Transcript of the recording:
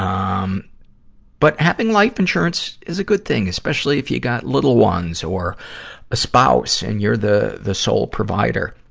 um but, having life insurance is a good thing, especially if you got little ones or a spouse and you're the, the sole provider.